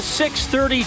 630